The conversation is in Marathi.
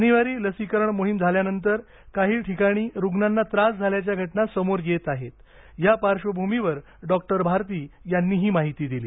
शनिवारी लसीकरण मोहीम झाल्यानंतर काही ठिकाणी रुग्णांना त्रास झाल्याच्या घटना समोर येत आहेत या पार्श्वभूमीवर डॉक्टर भारती यांनी ही माहिती दिली